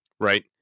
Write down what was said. right